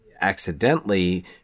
accidentally